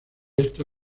esto